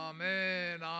Amen